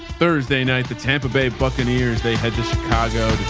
thursday night, the tampa bay buccaneers. they had the chicago.